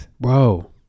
Bro